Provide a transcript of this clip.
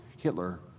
Hitler